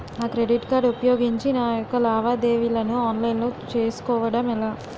నా credit card ఉపయోగించి నా యెక్క లావాదేవీలను ఆన్లైన్ లో చేసుకోవడం ఎలా?